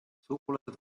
sugulased